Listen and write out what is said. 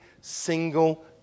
single